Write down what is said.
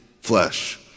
flesh